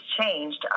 changed